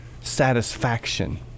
satisfaction